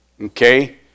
Okay